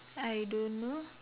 I don't know